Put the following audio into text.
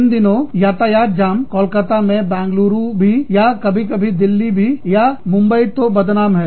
इन दिनों यातायात जाम कोलकाता मेबेंगलुरु भी या कभी कभी दिल्ली भी और मुंबई तो बदनाम है